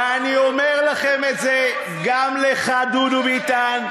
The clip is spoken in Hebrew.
ואני אומר לכם את זה גם לך, דודו ביטן,